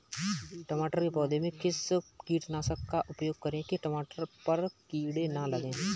टमाटर के पौधे में किस कीटनाशक का उपयोग करें कि टमाटर पर कीड़े न लगें?